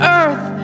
earth